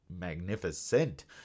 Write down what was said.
magnificent